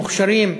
מוכשרים.